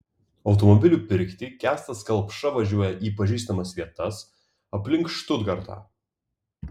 automobilių pirkti kęstas kelpša važiuoja į pažįstamas vietas aplink štutgartą